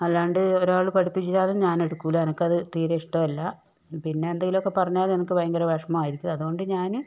അല്ലാണ്ട് ഒരാള് പഠിപ്പിച്ച് തരും ഞാനെടുക്കൂല്ല എനക്കത് തീരേ ഇഷ്ടമല്ല പിന്നെന്തെങ്കിലുവൊക്കെ പറഞ്ഞാൽ എനിക്ക് ഭയങ്കര വിഷമമായിരിക്കും അത് കൊണ്ട് ഞാന്